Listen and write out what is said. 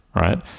right